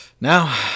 Now